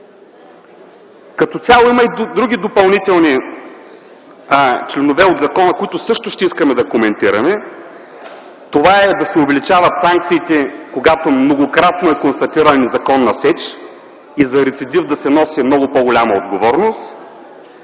Като цяло има и други допълнителни текстове от закона, които също ще искаме да коментираме, например да се увеличават санкциите, когато многократно е констатирана незаконна сеч и за рецидив да се носи много по-голяма отговорност,